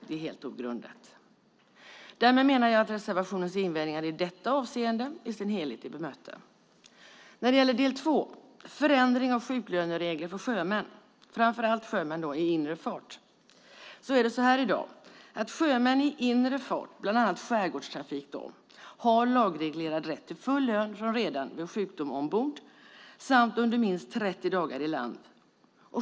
Det är helt ogrundat. Därmed menar jag att reservationens invändningar i detta avseende i sin helhet är bemötta. När det gäller del 2, förändring av sjuklöneregler för sjömän, och då framför allt sjömän i inre fart, är det i dag så här: Sjömän i inre fart, bland annat i skärgårdstrafik, har lagreglerad rätt till full lön vid sjukdom ombord samt under minst 30 dagar i land.